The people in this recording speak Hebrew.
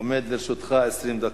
עומדות לרשותך 20 דקות.